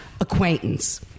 acquaintance